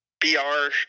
B-R